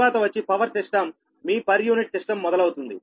తరువాత వచ్చి పవర్ సిస్టంమీ పర్ యూనిట్ సిస్టం మొదలవుతుంది